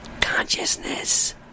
Consciousness